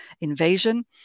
invasion